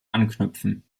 anknüpfen